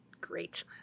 great